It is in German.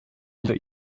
unter